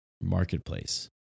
Marketplace